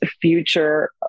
future